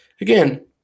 again